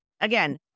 Again